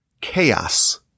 chaos